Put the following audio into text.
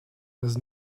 has